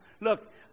Look